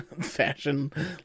fashion